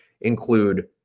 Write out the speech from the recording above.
include